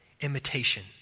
imitation